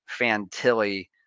Fantilli